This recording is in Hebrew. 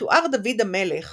מתואר דוד המלך